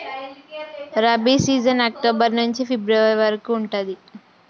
rabi season October నుంచి February వరకు ఉంటది